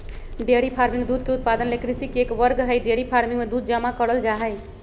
dairy farming दूध के उत्पादन ले कृषि के एक वर्ग हई डेयरी फार्मिंग मे दूध जमा करल जा हई